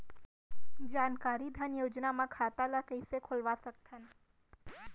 जानकारी धन योजना म खाता ल कइसे खोलवा सकथन?